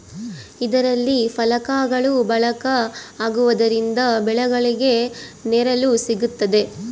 ಇದರಲ್ಲಿ ಫಲಕಗಳು ಬಳಕೆ ಆಗುವುದರಿಂದ ಬೆಳೆಗಳಿಗೆ ನೆರಳು ಸಿಗುತ್ತದೆ